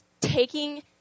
taking